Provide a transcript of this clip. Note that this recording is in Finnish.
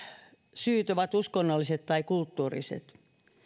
syyt ovat uskonnolliset tai kulttuuriset